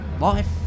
life